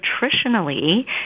Nutritionally